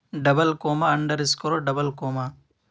double comma under score double comma